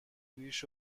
ریش